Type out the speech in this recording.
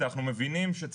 חדרה,